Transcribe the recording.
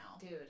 Dude